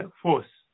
force